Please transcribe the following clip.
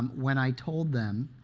um when i told them,